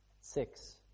Six